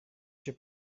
się